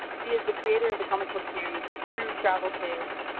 he is the creator of the comic book series true travel tales,